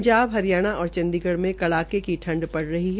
पंजाब हरियाणा और चंडीगढ़ में कड़ाकें की ठंड पड़ रही है